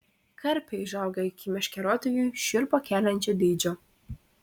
karpiai užauga iki meškeriotojui šiurpą keliančio dydžio